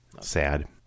sad